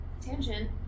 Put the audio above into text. Tangent